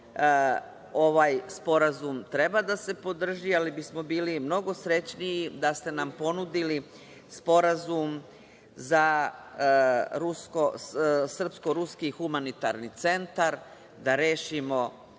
ovaj sporazum treba da se podrži, ali bismo bili mnogo srećniji sa ste nam ponudili sporazum za srpsko-ruski humanitarni centar, da rešimo